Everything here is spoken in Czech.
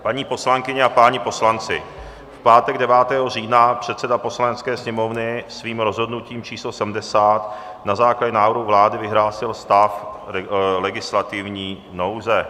Paní poslankyně a páni poslanci, v pátek 9. října 2020 předseda Poslanecké sněmovny svým rozhodnutím číslo 70 na základě návrhu vlády vyhlásil stav legislativní nouze.